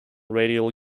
radial